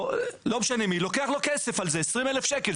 ולא משנה מי, והוא לוקח לו על זה כסף, 20,000 שקל.